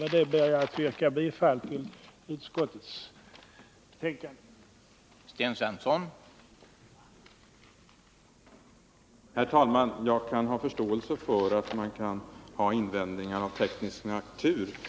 Med detta ber jag att få yrka bifall till utskottets hemställan.